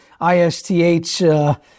ISTH